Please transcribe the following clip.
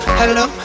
hello